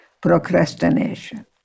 procrastination